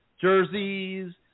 jerseys